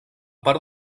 part